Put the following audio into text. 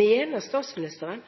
Mener statsministeren